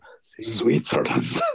Switzerland